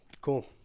Cool